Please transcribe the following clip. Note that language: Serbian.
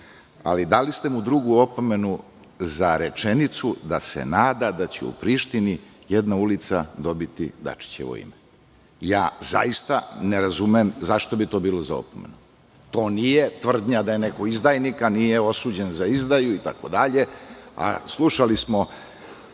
ali dali ste mu drugu opomenu za rečenicu da se nada da će u Prištini jedna ulica dobiti Dačićevo ime. Zaista ne razumem zašto bi to bilo za opomenu. To nije tvrdnja da je neko izdajnik, a nije osuđen za izdaju itd. Slušali smo